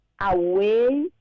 away